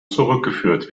zurückgeführt